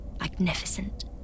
Magnificent